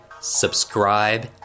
subscribe